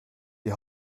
die